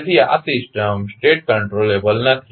તેથી આ system state controllable નથી